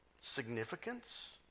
significance